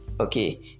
okay